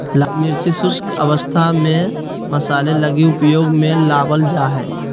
लाल मिर्च शुष्क अवस्था में मसाले लगी उपयोग में लाबल जा हइ